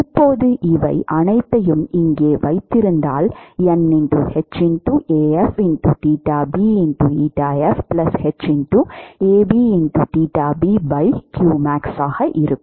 இப்போது இவை அனைத்தையும் இங்கே வைத்திருந்தால் இருக்கும்